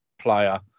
player